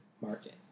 market